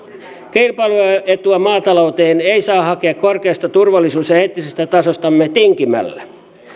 kilpailuetua maatalouteen ei saa hakea korkeasta turvallisuus ja eettisestä tasostamme tinkimällä